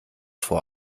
vor